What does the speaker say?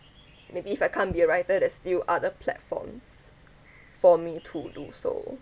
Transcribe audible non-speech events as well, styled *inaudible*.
maybe if I can't be a writer there's still other platforms *noise* for me to do so